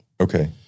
Okay